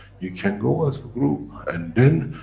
you can go as a group, and then,